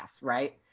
right